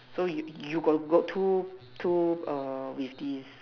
so you you got got two two err with this